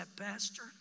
pastor